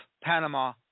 Panama